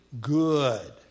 good